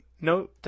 no